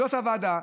זאת הוועדה.